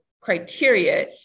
criteria